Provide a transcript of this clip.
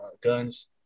guns